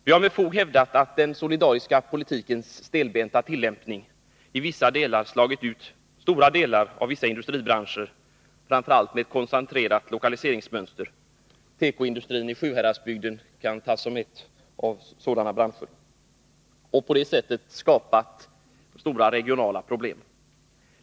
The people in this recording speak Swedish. Vi har med fog hävdat att den solidariska lönepolitikens stelbenta tillämpning i en del områden slagit ut stora delar av vissa industribranscher med ett koncentrerat lokaliseringsmönster — tekoindustrin i Sjuhäradsbygden kan tas som ett exempel på en sådan bransch — och på så sätt skapat stora regionala problem.